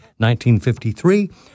1953